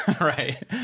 right